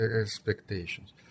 expectations